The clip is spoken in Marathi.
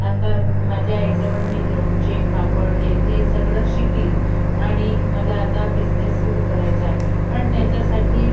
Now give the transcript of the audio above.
आता माझ्या आईजवळ मी लोणचे पापड हे ते सगळं शिकली आणि मला आता बिझनेस सुरू करायचा आहे पण त्याच्यासाठी